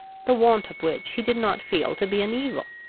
the want of which he did not feel to be an evil.